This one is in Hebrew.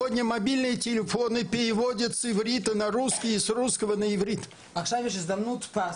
יש עכשיו הזדמנות פז,